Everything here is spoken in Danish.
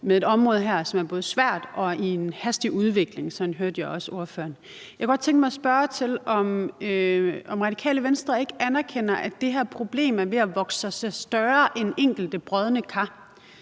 med et område her, som er både svært og i en hastig udvikling. Sådan hørte jeg også ordføreren. Jeg kunne godt tænke mig at spørge til, om Radikale Venstre ikke anerkender, at det her problem er ved at vokse sig større end enkelte brodne kar.